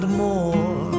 more